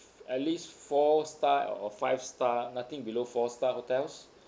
at least four star or five star nothing below four star hotels